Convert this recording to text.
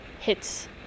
hits